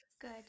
good